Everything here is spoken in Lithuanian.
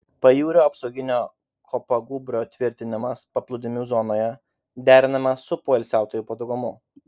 pajūrio apsauginio kopagūbrio tvirtinimas paplūdimių zonoje derinamas su poilsiautojų patogumu